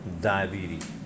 diabetes